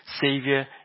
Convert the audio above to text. savior